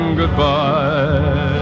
goodbye